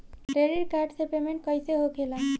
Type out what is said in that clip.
Credit card से payment कईसे होखेला?